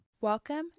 Welcome